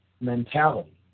mentality